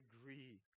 agree